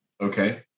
Okay